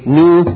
new